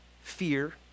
Fear